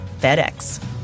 FedEx